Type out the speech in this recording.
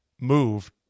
move